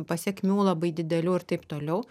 pasekmių labai didelių ir taip toliau